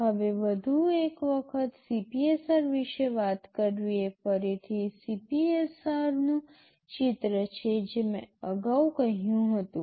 હવે વધુ એક વખત CPSR વિષે વાત કરવી એ ફરીથી CPSR નું ચિત્ર છે જે મેં અગાઉ કહ્યું હતું